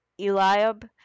Eliab